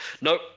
No